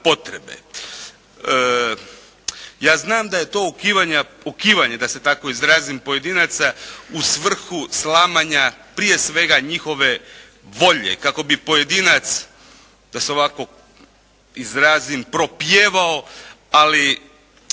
Ja znam da je to okivanje da se tako izrazim pojedinaca u svrhu slamanja prije svega njihove volje kako bi pojedinac da se ovako izrazim propjevao ali